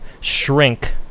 shrink